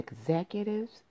executives